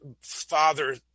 father